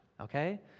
okay